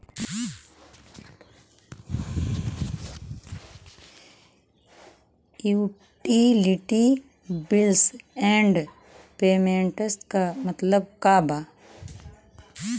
Utility bills and payments क मतलब का बा?